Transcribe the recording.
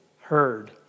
heard